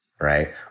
right